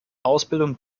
ausbildung